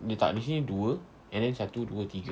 letak sini dua then satu dua tiga